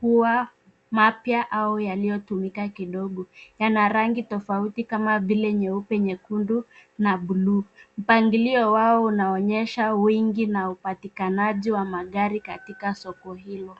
kua mapya au yaliyotumika kidogo. Yana rangi tofauti kama vile nyeupe, nyekundu, na bluu. Mpangilio wao unaonyesha wingi na upatikanaji wa magari katika soko hilo.